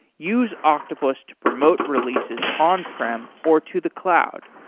use octopus to promote releases on-prem or to the cloud.